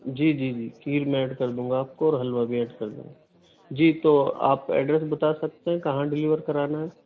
جی جی جی کھیر میں ایڈ کر دوں گا آپ کو اور حلوہ بھی ایڈ کر دوں گا جی تو آپ ایڈریس بتا سکتے ہیں کہاں ڈیلیور کرانا ہے